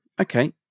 okay